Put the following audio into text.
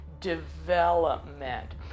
development